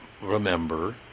remember